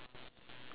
like